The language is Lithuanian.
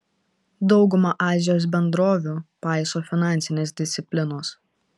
dauguma azijos bendrovių paiso finansinės disciplinos